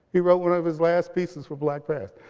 he wrote one of his last pieces for blackpast.